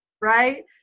right